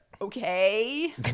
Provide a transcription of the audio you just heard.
okay